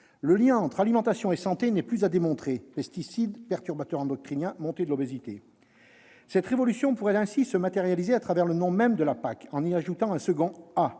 Le lien entre alimentation et santé n'est plus à démontrer : pesticides, perturbateurs endocriniens, montée de l'obésité ... Cette révolution pourrait se matérialiser dans le nom même de la PAC, l'ajout d'un second « A »,